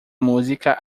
música